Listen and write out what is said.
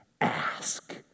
ask